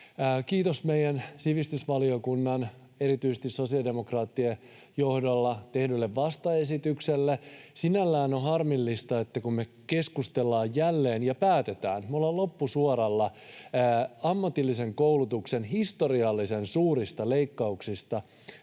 johdolla meidän sivistysvaliokunnassa tehdylle vastaesitykselle. Sinällään on harmillista, että kun me keskustellaan jälleen ja päätetään, ollaan loppusuoralla, ammatillisen koulutuksen historiallisen suurista leikkauksista,